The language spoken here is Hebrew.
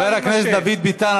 חבר הכנסת דוד ביטן,